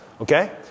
Okay